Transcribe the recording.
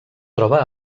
troba